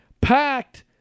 Packed